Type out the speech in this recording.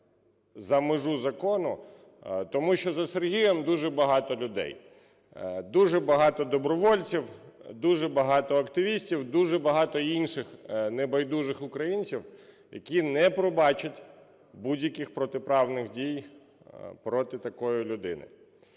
за межу закону, тому що за Сергієм дуже багато людей, дуже багато добровольців, дуже багато активістів, дуже багато інших небайдужих українців, які не пробачать будь-яких протиправних дій проти такої людини.